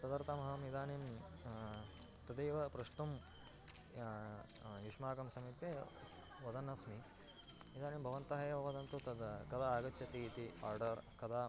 तदर्थम् अहम् इदानीम् तदैव प्रष्टुं युष्माकं समीपे वदन्नस्मि इदानीं भवन्तः एव वदन्तु तद् कदा आगच्छति इति आर्डर् कदा